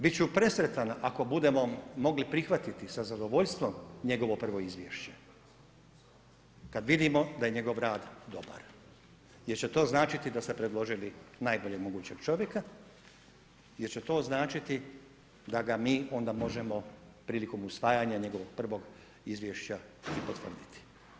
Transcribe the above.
Biti ću presretan ako budemo mogli prihvatiti sa zadovoljstvom njegovo prvo izvješće, kad vidimo da je njegov rad dobar jer će to značiti da ste predložili najboljeg mogućeg čovjeka jer će to značiti da ga mi onda možemo prilikom usvajanja njegovog prvog izvješća i potvrditi.